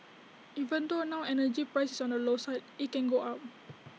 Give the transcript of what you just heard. even though now energy price is on the low side IT can go up